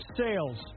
sales